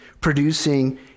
producing